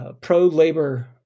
pro-labor